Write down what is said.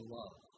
love